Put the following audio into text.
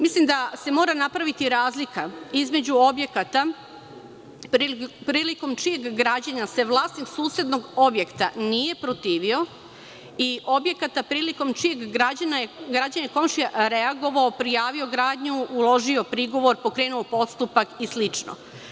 Mislim da se mora napraviti razlika između objekata prilikom čijeg građenja se vlasnik susednog objekta nije protivio i objekata prilikom čijeg građenja je komšija reagovao, prijavio gradnju, uložio prigovor, pokrenuo postupak i slično.